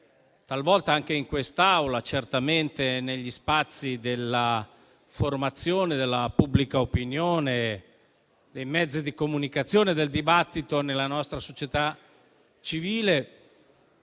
talvolta anche in quest'Aula, certamente negli spazi della formazione della pubblica opinione, sui mezzi di comunicazione e nel dibattito nella nostra società civile,